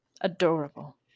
Adorable